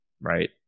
right